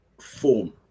form